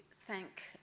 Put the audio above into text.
thank